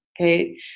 Okay